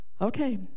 Okay